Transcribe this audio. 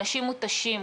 אנשים מותשים.